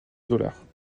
dollars